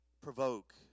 provoke